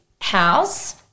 house